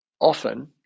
often